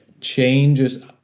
changes